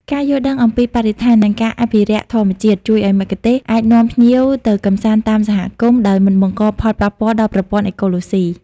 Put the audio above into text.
ការយល់ដឹងអំពីបរិស្ថាន និងការអភិរក្សធម្មជាតិ ជួយឱ្យមគ្គុទ្ទេសក៍អាចនាំភ្ញៀវទៅកម្សាន្តតាមសហគមន៍ដោយមិនបង្កផលប៉ះពាល់ដល់ប្រព័ន្ធអេកូឡូស៊ី។